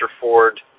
Ford